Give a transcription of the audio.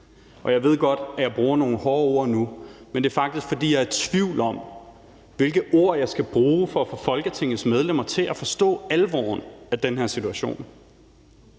Jeg ved godt, at jeg bruger nogle hårde ord nu, men det er faktisk, fordi jeg er i tvivl om, hvilke ord jeg skal bruge for at få Folketingets medlemmer til at forstå alvoren af den her situation.